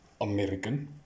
American